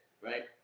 right